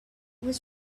was